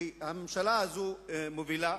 שהממשלה הזאת מובילה,